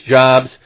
jobs